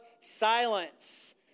silence